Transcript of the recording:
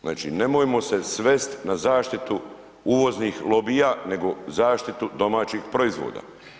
Znači nemojmo se svesti na zaštitu uvoznih lobija nego zaštitu domaćih proizvoda.